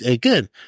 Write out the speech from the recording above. good